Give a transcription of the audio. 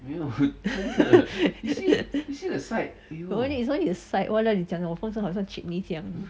is only is only the side 为什么你把我的风扇讲到 chimney 这样